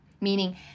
meaning